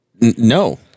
No